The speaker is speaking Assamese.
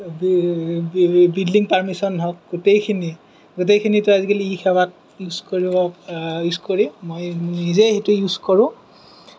বিল্ডিং পাৰ্মিচন হওঁক গোটেইখিনিতো আজিকালি ই সেৱাত ইউজ কৰি মই নিজে সেইটো ইউজ কৰোঁ